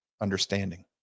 understanding